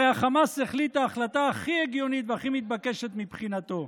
הרי החמאס החליט את ההחלטה הכי הגיונית והכי מתבקשת מבחינתו.